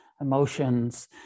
emotions